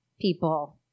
people